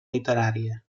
literària